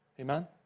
Amen